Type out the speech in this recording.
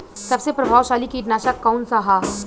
सबसे प्रभावशाली कीटनाशक कउन सा ह?